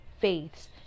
faiths